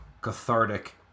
cathartic